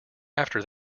after